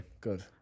Good